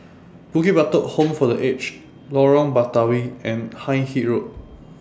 Bukit Batok Home For The Aged Lorong Batawi and Hindhede Road